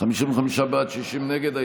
55 בעד, 60 נגד.